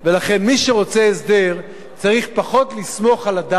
לכן מי שרוצה הסדר צריך פחות לסמוך על הדם,